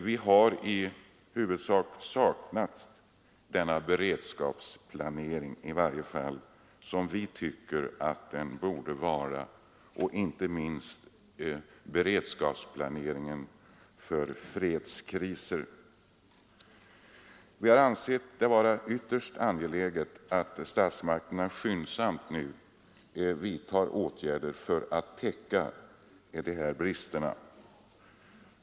Vi har i huvudsak saknat en beredskapsplanering — i varje fall en sådan som vi tycker att den skall utformas — inte minst en beredskapsplanering för fredskriser. Vi har ansett det vara ytterst angeläget att statsmakterna skyndsamt vidtar åtgärder för att avhjälpa dessa brister.